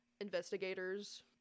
investigators